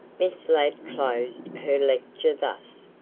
miss ladd closed her lecture thus